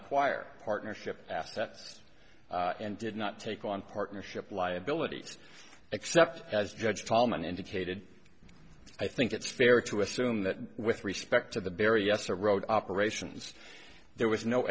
acquire partnership assets and did not take on partnership liabilities except as judge tolman indicated i think it's fair to assume that with respect to the berryessa road operations there was no